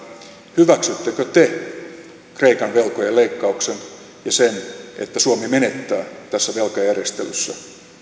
hyväksyttekö te kreikan velkojen leikkauksen ja sen että suomi menettää tässä velkajärjestelyssä